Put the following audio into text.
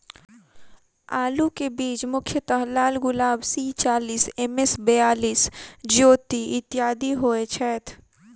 आलु केँ बीज मुख्यतः लालगुलाब, सी चालीस, एम.एस बयालिस, ज्योति, इत्यादि होए छैथ?